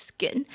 Skin